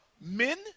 Men